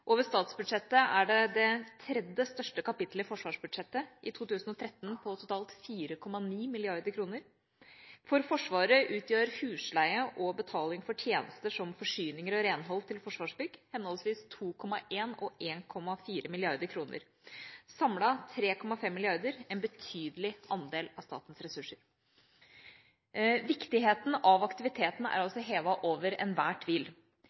Over statsbudsjettet er det det tredje største kapitlet i forsvarsbudsjettet – i 2013 på totalt 4,9 mrd. kr. For Forsvaret utgjør husleie og betaling for tjenester som forsyninger og renhold til Forsvarsbygg henholdsvis 2,1 og 1,4 mrd. kr. Samlet er det 3,5 mrd. kr – en betydelig andel av statens ressurser. Viktigheten av aktiviteten er altså hevet over enhver tvil.